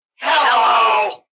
Hello